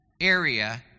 Area